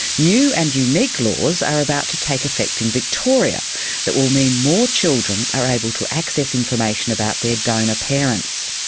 new and unique laws are about to take effect in victoria that will mean more children are able to access information about their donor parents.